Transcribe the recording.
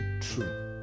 true